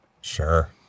Sure